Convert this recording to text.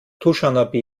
duschanbe